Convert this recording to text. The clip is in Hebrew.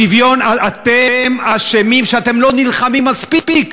השוויון, אתם אשמים שאתם לא נלחמים מספיק.